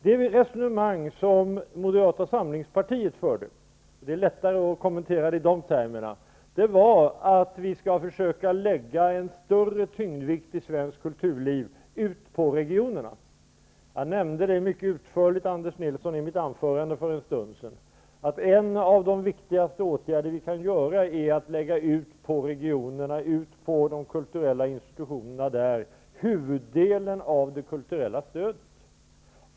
Det resonemang som Moderata samlingspartiet förde -- det är lättare att kommentera det i de termerna -- var att vi skall försöka lägga en större vikt i svenskt kulturliv ute på regionerna. Jag nämnde mycket utförligt i mitt anförande för en stund sedan, Anders Nilsson, att en av de viktigaste åtgärder vi kan göra är att lägga ut huvuddelen av det kulturella stödet på regionerna, till de kulturella institutionerna där.